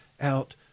out